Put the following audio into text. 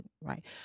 right